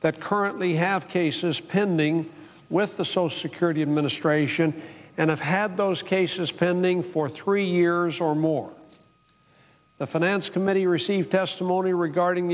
that currently have cases pending with the social security administration and have had those cases pending for three years or more the finance committee received testimony regarding the